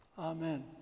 amen